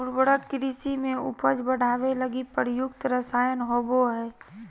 उर्वरक कृषि में उपज बढ़ावे लगी प्रयुक्त रसायन होबो हइ